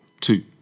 two